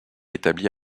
établie